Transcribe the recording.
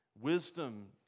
Wisdom